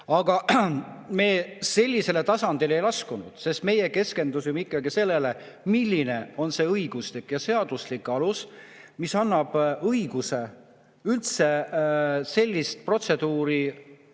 Meie sellisele tasandile ei laskunud, sest meie keskendusime ikkagi sellele, milline on see õiguslik ja seaduslik alus, mis annab õiguse üldse sellist protseduuri